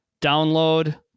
download